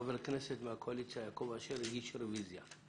חבר הכנסת מהקואליציה, יעקב אשר, הגיש רביזיה.